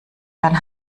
dann